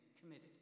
committed